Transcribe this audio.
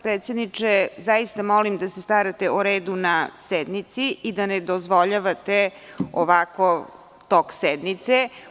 Predsedniče, zaista vas molim da se starate o redu na sednici i da ne dozvoljavate ovakav tok sednice.